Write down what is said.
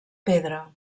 pedra